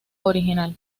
original